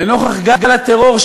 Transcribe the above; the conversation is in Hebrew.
לנוכח גל הטרור,